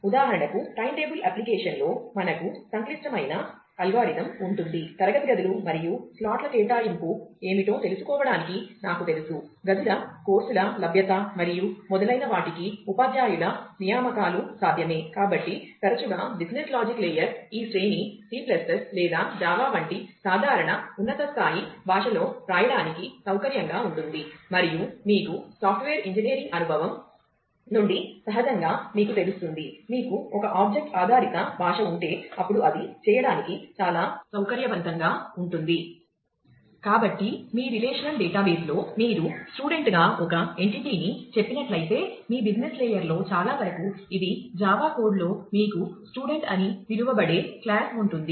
ఉదాహరణకు time table application వంటి సాధారణ ఉన్నత స్థాయి భాషలో వ్రాయడానికి సౌకర్యంగా ఉంటుంది మరియు మీకు సాఫ్ట్వేర్ ఇంజనీరింగ్ అనుభవం నుండి సహజంగా మీకు తెలుస్తుంది మీకు ఒక ఆబ్జెక్ట్ ఆధారిత భాష ఉంటే అప్పుడు అది చేయడానికి చాలా సౌకర్యవంతంగా ఉంటుంది